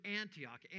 Antioch